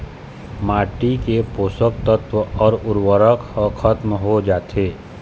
माटी के पोसक तत्व अउ उरवरक ह खतम हो जाथे